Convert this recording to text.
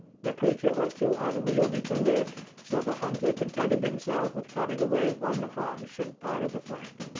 the creature was too unwieldy to lift, so the hunter contented himself with cutting away one haunch and part of the flank.